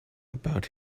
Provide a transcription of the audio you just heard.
about